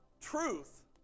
truth